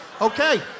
okay